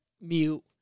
mute